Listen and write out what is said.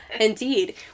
Indeed